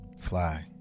Fly